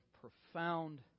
profound